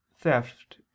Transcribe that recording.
theft